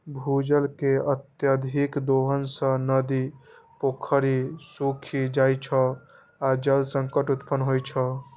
भूजल के अत्यधिक दोहन सं नदी, पोखरि सूखि जाइ छै आ जल संकट उत्पन्न होइ छै